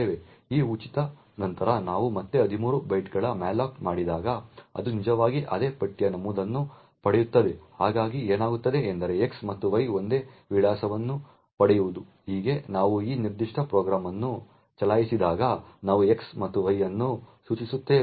ಈ ಉಚಿತ ನಂತರ ನಾವು ಮತ್ತೆ 13 ಬೈಟ್ಗಳ ಅಲೋಕೇಷನ್ಮ್ಯಾಲೋಕ್ ಮಾಡಿದಾಗ ಅದು ನಿಜವಾಗಿ ಅದೇ ಪಟ್ಟಿಯ ನಮೂದನ್ನು ಪಡೆಯುತ್ತದೆ ಹೀಗಾಗಿ ಏನಾಗುತ್ತದೆ ಎಂದರೆ x ಮತ್ತು y ಒಂದೇ ವಿಳಾಸವನ್ನು ಪಡೆಯುವುದು ಹೀಗೆ ನಾವು ಈ ನಿರ್ದಿಷ್ಟ ಪ್ರೋಗ್ರಾಂ ಅನ್ನು ಚಲಾಯಿಸಿದಾಗ ನಾವು x ಮತ್ತು y ಅನ್ನು ಸೂಚಿಸುತ್ತೇವೆ